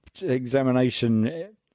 examination